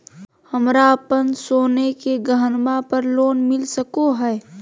हमरा अप्पन सोने के गहनबा पर लोन मिल सको हइ?